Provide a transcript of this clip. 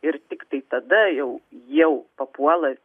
ir tiktai tada jau jau papuola